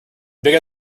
bigger